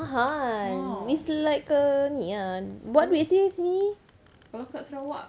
mahal it's like a ni ah buat duit seh sini